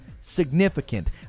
significant